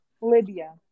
Libya